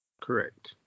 Correct